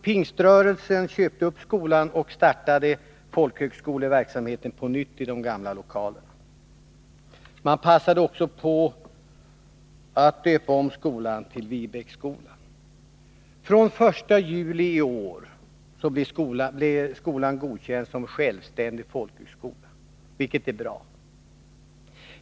Pingströrelsen köpte skolan och startade folkhögskoleverksamhet på nytt i de gamla lokalerna. Man passade också på att döpa om skolan till Viebäcksskolan. Från den 1 juli i år blir skolan godkänd som självständig folkhögskola, vilket är bra.